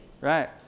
right